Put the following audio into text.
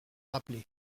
rappeler